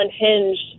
unhinged